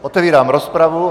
Otevírám rozpravu.